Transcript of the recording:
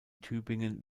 tübingen